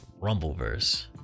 Rumbleverse